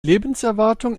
lebenserwartung